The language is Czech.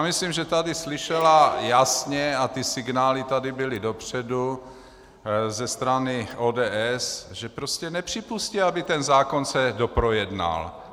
Myslím, že tady slyšela jasně, a ty signály tady byly dopředu ze strany ODS, že prostě nepřipustí, aby se ten zákon se doprojednal.